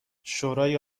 شورای